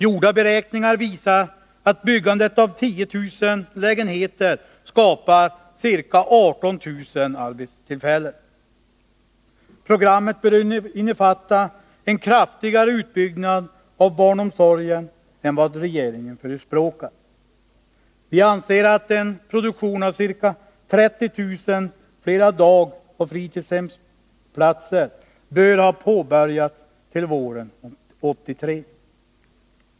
Gjorda beräkningar visar att byggandet av 10000 lägenheter skapar ca 18 000 arbetstillfällen. Programmet bör innefatta en kraftigare utbyggnad av barnomsorgen än vad regeringen förespråkar. Vi anser att en produktion av ca 30 000 fler dagoch fritidshemsplatser bör ha påbörjats till våren 1983.